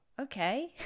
okay